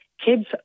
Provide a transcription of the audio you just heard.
kids